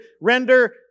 render